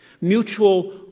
Mutual